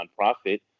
nonprofit